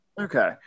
okay